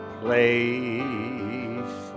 place